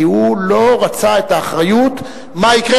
כי הוא לא רצה את האחריות מה יקרה,